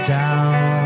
down